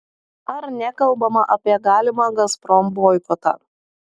ar nekalbama apie galimą gazprom boikotą